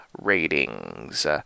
ratings